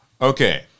Okay